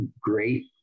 great